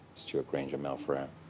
stewart granger, mel ferrer.